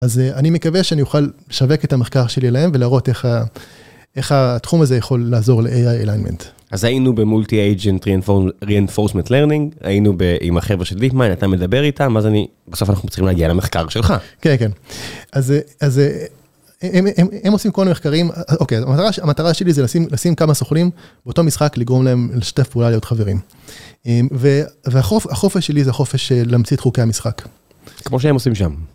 אז אני מקווה שאני אוכל לשווק את המחקר שלי אליהם ולראות איך התחום הזה יכול לעזור ל-AI-Alignment. אז היינו במולטי-אייג'נט-ריאנפורסמנט-לרנינג, היינו עם החבר'ה של ויטמיין, אתה מדבר איתם, אז בסוף אנחנו צריכים להגיע למחקר שלך. כן, כן. אז הם עושים כל המחקרים, אוקיי, המטרה שלי זה לשים כמה סוכנים באותו משחק, לגרום להם לשתף פעולה, להיות חברים. והחופש שלי זה חופש להמציא את חוקי המשחק. כמו שהם עושים שם.